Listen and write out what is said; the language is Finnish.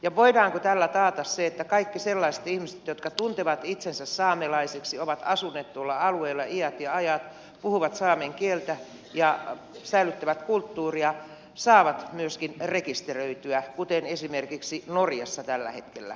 ja voidaanko tällä taata se että kaikki sellaiset ihmiset jotka tuntevat itsensä saamelaisiksi ovat asuneet tuolla alueella iät ja ajat puhuvat saamen kieltä ja säilyttävät kulttuuria saavat myöskin rekisteröityä kuten esimerkiksi norjassa tällä hetkellä kaikki saavat